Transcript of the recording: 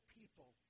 people